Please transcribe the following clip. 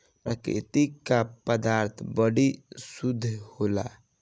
प्रकृति क पदार्थ बड़ी शुद्ध होला